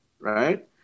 right